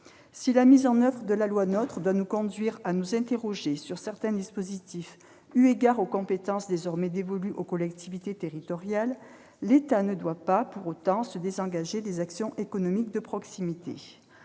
territoriale de la République, doit nous conduire à nous interroger sur certains dispositifs eu égard aux compétences désormais dévolues aux collectivités territoriales, l'État ne doit pas, pour autant, se désengager des actions économiques de proximité.